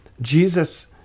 Jesus